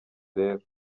rero